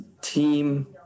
team